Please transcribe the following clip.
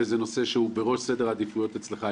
וזה נושא שהוא בראש סדר העדיפויות אצלך.